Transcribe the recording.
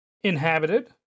inhabited